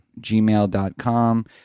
gmail.com